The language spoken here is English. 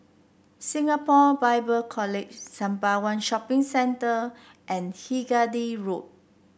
Singapore Bible College Sembawang Shopping Centre and Hindhede Road